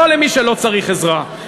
לא למי שלא צריך עזרה.